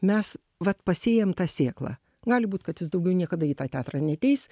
mes vat pasėjam tą sėklą gali būt kad jis daugiau niekada į tą teatrą neateis